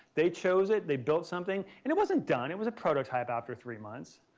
they chose it. they built something and it wasn't done. it was a prototype after three months.